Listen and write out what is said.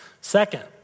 Second